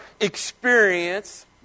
experience